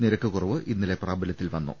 നിരക്ക് കുറവ് ഇന്നലെ പ്രാബലൃത്തിൽ വന്നു